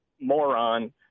moron